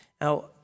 Now